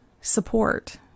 support